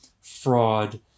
fraud